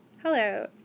Hello